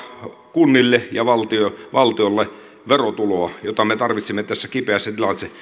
kunnille ja valtiolle verotuloa jota me tarvitsemme tässä kipeässä